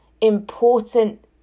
important